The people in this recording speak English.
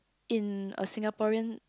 in a Singaporean